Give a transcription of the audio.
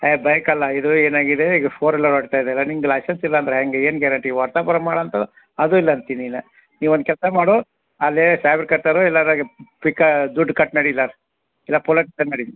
ಏ ಬೈಕ್ ಅಲ್ಲ ಇದು ಏನಾಗಿದೆ ಇದು ಫೋರ್ ವಿಲರ್ ಓಡ್ತಾ ಇದೆ ನಿಂದು ಲೈಸೆನ್ಸ್ ಇಲ್ಲ ಅಂದ್ರೆ ಹೆಂಗೆ ಏನು ಗ್ಯಾರಂಟಿ ವಾಟ್ಸ್ಆ್ಯಪ್ ಆರ ಮಾಡಿ ಅಂಥದ್ ಅದು ಇಲ್ಲ ಅಂತಿ ನೀನು ನೀ ಒಂದು ಕೆಲಸ ಮಾಡು ಅಲ್ಲಿ ಸಾಯಬ್ರು ಕರಿತಾರ ಇಲ್ಲಾರ ಹಾಗೆ ಪಿಕಾ ದುಡ್ಡು ಕಟ್ಟು ನಡಿ ಇಲ್ಲಾರ ಇಲ್ಲ ಪೊಲೀಸ್ ಸ್ಟೇಷನ್ ನಡಿ ನೀನು